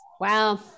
Wow